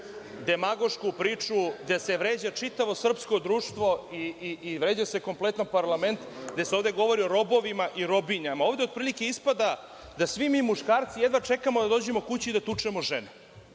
demagošku priču gde se vređa čitavo srpsko društvo i vređa se kompletno parlament. Govori se o robovima i robinjama. Ovde ispada otprilike da svi mi muškarci jedva čekamo da dođemo kući i da tučemo žene.